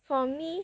for me